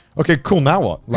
okay cool. now what?